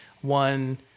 one